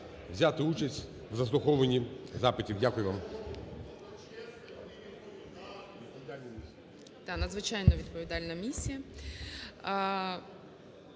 взяти участь в заслуховуванні запитів. Дякую вам.